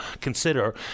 consider